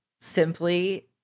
simply